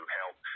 help